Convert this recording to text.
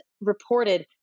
reported